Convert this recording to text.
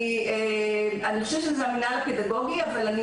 אני חושבת שזה המנהל הפדגוגי אבל אני